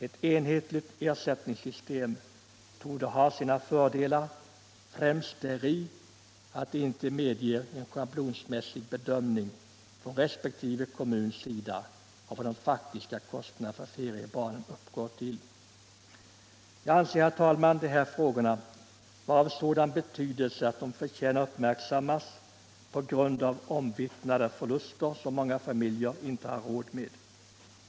Ett enhetligt ersättningssystem torde ha sina fördelar, främst däri att det inte medger en schablonmässig bedömning från resp. kommuns sida av vad de faktiska kostnaderna för feriebarn uppgår till. Jag anser, herr talman, de här frågorna vara av sådan betydelse att de förtjänar uppmärksammas på grund av omvittnade förluster, som många familjer inte har råd med.